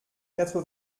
quatre